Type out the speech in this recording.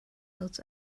fields